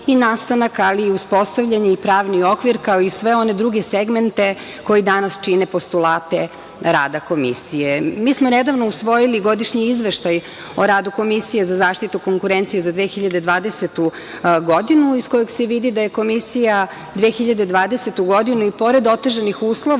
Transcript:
i nastanak, ali i uspostavljanje i pravni okvir, kao i sve one druge segmente koji danas čine postulate rada Komisije. Mi smo nedavno usvojili Godišnji izveštaj o radu Komisije za zaštitu konkurencije za 2020. godinu, iz kojeg se vidi da je Komisija 2020. godinu, i pored otežanih uslova